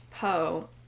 Poe